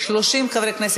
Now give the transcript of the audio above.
את הצעת חוק